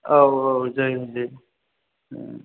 औ औ जायो दे